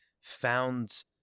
found